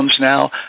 now